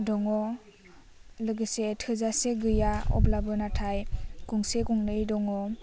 दङ लोगोसे थोजासे गैया अब्लाबो नाथाय गंसे गंनै दङ